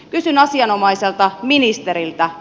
kysyn asianomaiselta ministeriltä